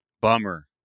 Bummer